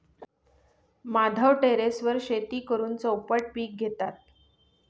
माधव टेरेसवर शेती करून चौपट पीक घेतात